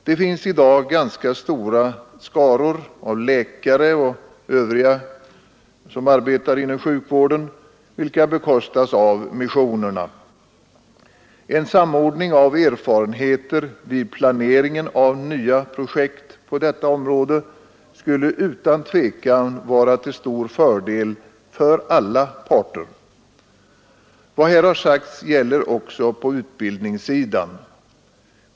Det finns i dag ganska stora skaror av läkare och andra som arbetar inom sjukvården vilkas löner bekostas av missionerna. En samordning av erfarenheter vid planeringen av nya projekt på detta område skulle utan tvekan vara till stor fördel för alla parter. Vad här har sagts gäller också på utbildningssidan.